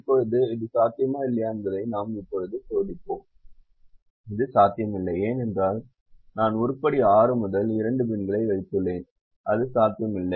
இப்போது இது சாத்தியமா இல்லையா என்பதை நாம் இப்போது சோதிப்போம் அது சாத்தியமில்லை ஏனென்றால் நான் உருப்படி 6 முதல் 2 பின்களை வைத்துள்ளேன் அது சாத்தியமில்லை